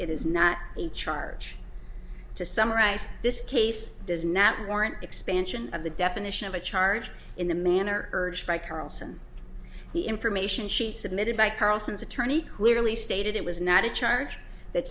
it is not a charge to summarize this case does not warrant expansion of the definition of a charge in the manner urged by carlson the information sheet submitted by carlson's attorney clearly stated it was not a charge that